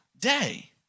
day